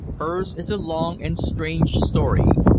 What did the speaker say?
hers is a long and strange story,